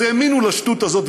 אז האמינו לשטות הזאת,